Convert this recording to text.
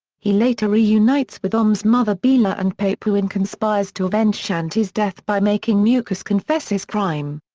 he later reunites with om's mother bela and pappu and conspires to avenge shanti's death by making mukesh confess his crime.